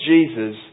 Jesus